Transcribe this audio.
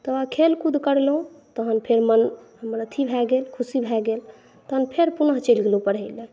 तऽ खेलकूद करलहुॅं तहन फेर मन हमर अथी भए गेल खुशी भए गेल तहन फेर पुनः चलि गेलहुॅं पढै लए